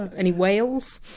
any whales?